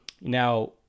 Now